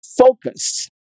focus